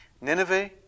Nineveh